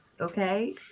Okay